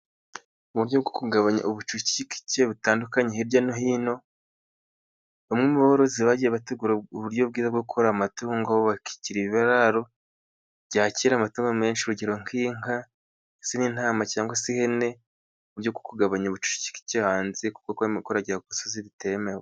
Mu buryo bwo kugabanya ubucucicike butandukanye hirya no hino, bamwe mu borozi bagiye bategura uburyo bwiza bwo korora amatungo, bubaka ibiraro byakira amatungo menshi urugero nk'inka n'intama cyangwa se ihene, mu buryo kugabanya ubucucike hanze kuko kuragira ku gasozi bitemewe.